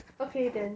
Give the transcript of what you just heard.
okay then